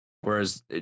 whereas